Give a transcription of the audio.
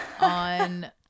on